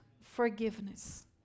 forgiveness